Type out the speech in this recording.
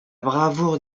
bravoure